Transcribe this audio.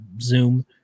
Zoom